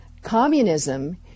Communism